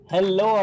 Hello